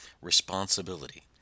responsibility